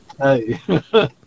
hey